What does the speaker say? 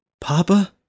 Papa